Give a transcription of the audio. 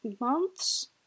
months